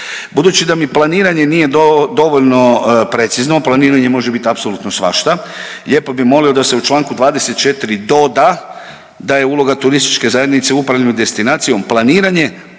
Budući da mi planiranje nije dovoljno precizno, planiranje može bit apsolutno svašta, lijepo bi molio da se u čl. 24. doda da je uloga turističke zajednice u upravljanju destinacijom planiranje,